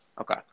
Okay